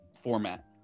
format